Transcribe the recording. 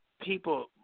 people